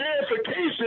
verification